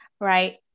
right